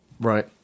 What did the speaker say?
right